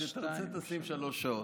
כשתרצה, תשים שלוש שעות.